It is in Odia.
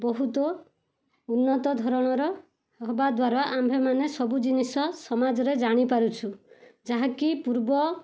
ବହୁତ ଉନ୍ନତଧରଣର ହେବାଦ୍ୱାରା ଆମ୍ଭେମାନେ ସବୁ ଜିନିଷ ସମାଜରେ ଜାଣିପାରୁଛୁ ଯାହାକି ପୂର୍ବ